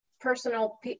personal